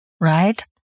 right